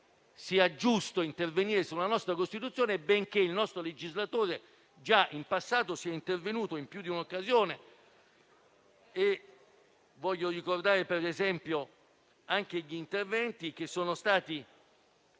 sia giusto intervenire sulla nostra Costituzione, benché il nostro legislatore già in passato sia intervenuto in più di un'occasione. Voglio ricordare per esempio gli interventi, affrontati